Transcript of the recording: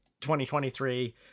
2023